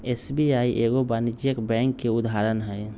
SBI एगो वाणिज्यिक bank के उदाहरण हइ